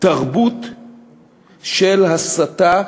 תרבות של הסתה,